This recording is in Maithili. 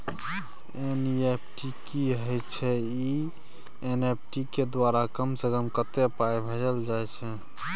एन.ई.एफ.टी की होय छै एन.ई.एफ.टी के द्वारा कम से कम कत्ते पाई भेजल जाय छै?